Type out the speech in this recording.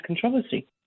controversy